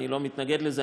אני לא מתנגד לזה,